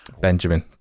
Benjamin